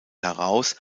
heraus